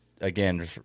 again